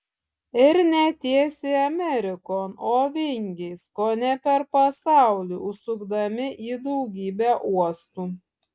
ir ne tiesiai amerikon o vingiais kone per pasaulį užsukdami į daugybę uostų